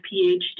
PhD